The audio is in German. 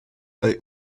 bei